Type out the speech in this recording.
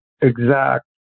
exact